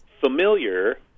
familiar